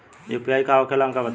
UPI का होखेला हमका बताई?